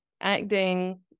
acting